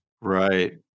Right